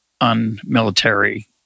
unmilitary